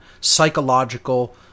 psychological